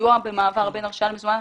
בסיוע במעבר בין הרשאה למזומן,